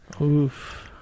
Oof